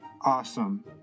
awesome